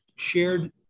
shared